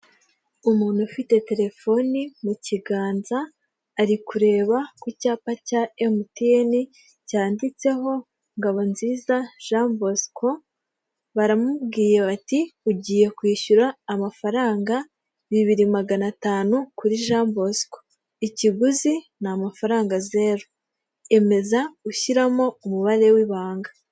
Umuntu ufite telefoni mu kiganza, ari kureba ku cyapa cya MTN, cyanditseho NGABONZIZA Jean Bosco, baramubwiye bati ugiye kwishyura amafaranga bibiri magana atanu kuri Jean Bosco, ikiguzi ni amafaranga zeru, emeza ushyiramo umubare w'ibanga.